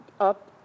up